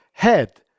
head